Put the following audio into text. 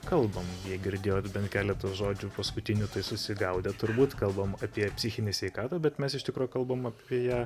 kalbam jei girdėjot bent keletą žodžių paskutinių tai susigaudėt turbūt kalbam apie psichinę sveikatą bet mes iš tikro kalbam apie